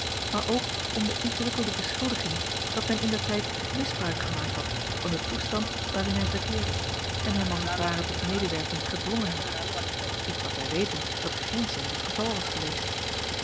maar ook om de ingewikkelde beschuldiging dat men indertijd misbruik gemaakt had van den toestand waarin hij verkeerde en hem als t ware tot medewerking gedwongen had iets wat wij weten dat geenszins het geval was geweest